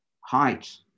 height